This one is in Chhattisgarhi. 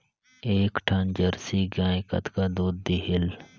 एक ठन जरसी गाय कतका दूध देहेल?